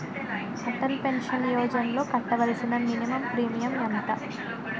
Atal pension యోజనలో కట్టవలసిన minimum premium ఎంత?